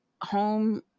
home